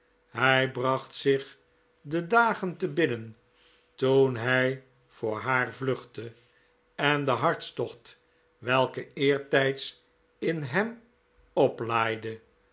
hij bracht zich de dagen te binnen toen hij voor haar vluchtte en den hartstocht welke eertijds in hem oplaaide